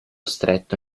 stretto